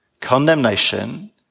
condemnation